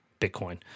Bitcoin